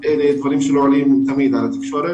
ילדים, אבל אלו דברים שכרגיל לא הגיעו לתקשורת.